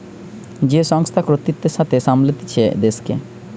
যে সংস্থা কর্তৃত্বের সাথে সামলাতিছে দেশকে